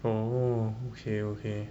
oh okay okay